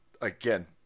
again